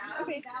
Okay